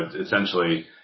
essentially